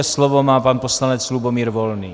Slovo má pan poslanec Lubomír Volný.